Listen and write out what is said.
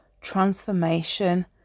transformation